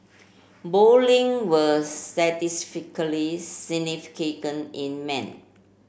both link were statistically in men